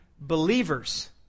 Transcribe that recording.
believers